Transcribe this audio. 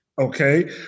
Okay